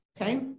okay